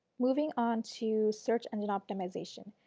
moving on to search engine optimization.